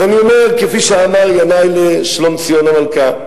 אז אני אומר, כפי שאמר ינאי לשלומציון המלכה: